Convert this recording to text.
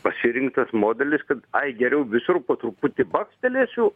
pasirinktas modelis kad ai geriau visur po truputį bakstelėsiu